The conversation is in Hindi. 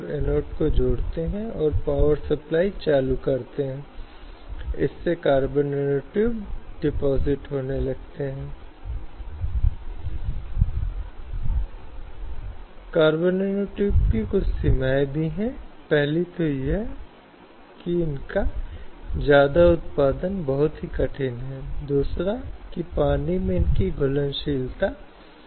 अब यह एक ऐसी स्थिति है जो उस पितृसत्तात्मक मानसिकता से अधिक आती है जहां सभी सहयोगियों और सभी कर्मचारियों के बराबर होने के बावजूद अभी भी पुरुष श्रेष्ठता की विकृत अवधारणा है जो मन में है या परिणामी मिथक हैं जो क्या ऐसा है कि महिलाएं यह काम नहीं कर सकती हैं या इस नौकरी के लिए कुछ ऐसी चीजों की आवश्यकता होती है जो महिला प्रदर्शन नहीं कर पाएगी